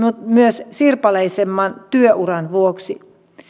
myös sirpaleisemman työuran vuoksi